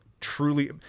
truly